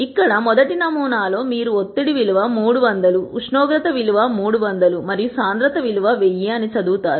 ఇక్కడ మొదటి నమూనా లో మీరు ఒత్తిడి విలువ 300 ఉష్ణోగ్రత విలువ 300 మరియు సాంద్రత విలువ 1000 అని చదువుతారు